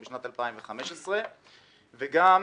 משנת 2015. בנוסף,